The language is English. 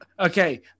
Okay